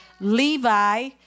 Levi